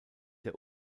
der